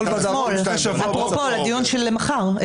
אפרופו לדיון של מחר,